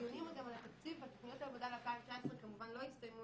הדיונים גם על התקציב ותוכניות העבודה ל-2019 כמובן לא הסתיימו,